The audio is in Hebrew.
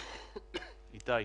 איתי.